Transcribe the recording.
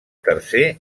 tercer